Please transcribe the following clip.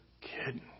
kidding